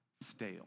stale